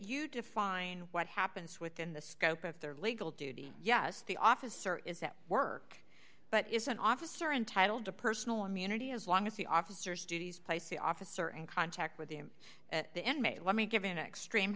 you define what happens within the scope of their legal duty yes the officer is at work but is an officer entitled to personal immunity as long as the officers duties place the officer in contact with him at the end may let me give an extreme